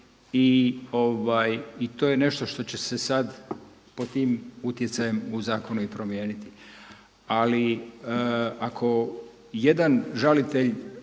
i to je nešto što će se sada pod tim utjecajem u zakonu i promijeniti. Ali ako jedan žalitelj